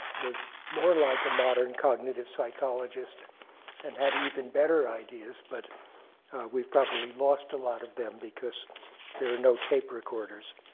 was more like a modern cognitive psychologist and had even better ideas. but we've probably lost a lot of them, because there are no tape recorders.